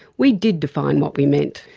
we did define what we meant,